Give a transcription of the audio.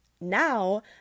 now